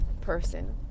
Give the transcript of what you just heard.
person